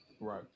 Right